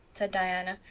said diana,